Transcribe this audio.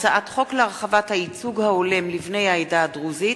הצעת חוק להרחבת הייצוג ההולם לבני העדה הדרוזית